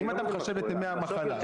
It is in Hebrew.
אם אתה מחשב את ימי המחלה,